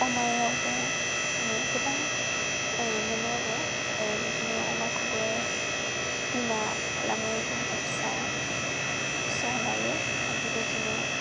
अमायावबो मोनो गोबां मोनो आरो बिदिनो अमाखौबो बिमा खालामो जेनबा फिसा फिसा लायो ओमफ्राय बेबायदिनो